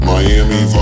Miami